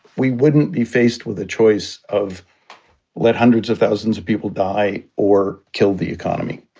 we wouldn't be faced with a choice of let hundreds of thousands of people die or kill the economy.